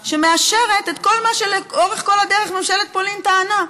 שמאשרת את כל מה שלאורך כל הדרך ממשלת פולין טענה: